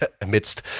amidst